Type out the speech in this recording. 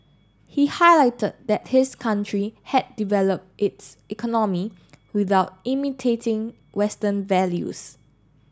he highlight that his country had developed its economy without imitating Western values